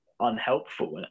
unhelpful